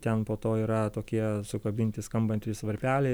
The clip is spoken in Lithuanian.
ten po to yra tokie sukabinti skambantys varpeliai